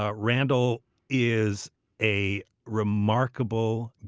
ah randall is a remarkable,